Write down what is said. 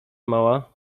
mała